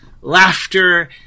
laughter